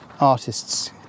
artists